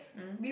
mm